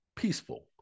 peaceful